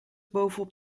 bovenop